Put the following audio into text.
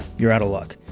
you're outta luck.